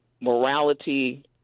morality